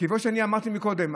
כמו שאני אמרתי קודם,